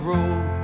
Road